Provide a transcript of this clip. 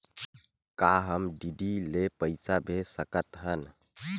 का हम डी.डी ले पईसा भेज सकत हन?